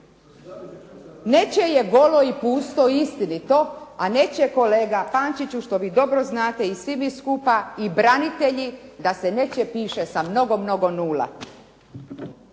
nečije je golo i pusto i istinito, a nečije kolega Pančiću što vi dobro znate i svi mi skupa i branitelji da se nečije piše sa mnogo, mnogo nula.